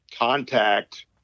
contact